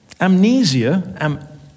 Amnesia